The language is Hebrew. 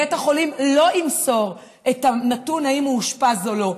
בית החולים לא ימסור את הנתון אם הוא אושפז או לא,